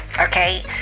okay